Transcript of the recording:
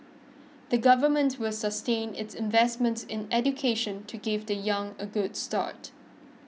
the government will sustain its investments in education to give the young a good start